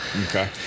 Okay